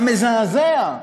המזעזע,